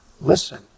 Listen